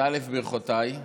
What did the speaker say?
אז ברכותיי.